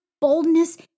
boldness